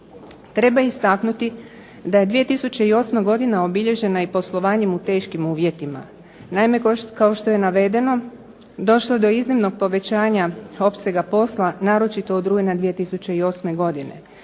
Treba istaknuti da je 2008. godina obilježena i poslovanjem u teškim uvjetima. Naime kao što je navedeno došlo je do iznimnog povećanja opsega posla, naročito od rujna 2008. godine,